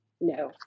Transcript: no